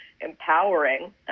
empowering